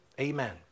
Amen